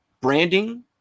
branding